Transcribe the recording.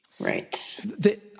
Right